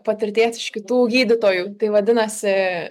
patirties iš kitų gydytojų tai vadinasi